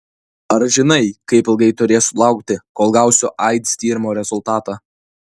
ar žinai kaip ilgai turėsiu laukti kol gausiu aids tyrimo rezultatą